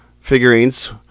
figurines